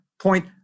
point